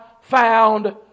found